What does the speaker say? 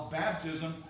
baptism